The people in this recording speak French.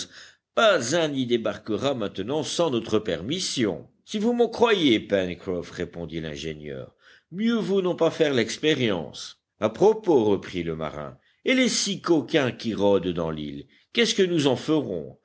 pas un n'y débarquera maintenant sans notre permission si vous m'en croyez pencroff répondit l'ingénieur mieux vaut n'en pas faire l'expérience à propos reprit le marin et les six coquins qui rôdent dans l'île qu'est-ce que nous en ferons